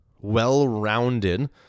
well-rounded